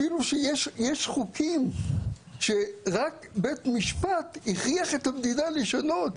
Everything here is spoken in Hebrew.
אפילו שיש חוקים שרק בית משפט הכריח את המדינה לשנות.